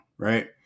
right